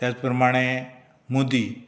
त्याच प्रमाणें मुदी